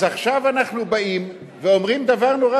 אז עכשיו אנחנו באים ואומרים דבר נורא